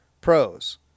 Pros